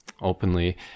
openly